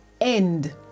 end